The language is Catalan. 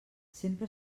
sempre